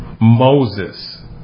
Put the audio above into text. Moses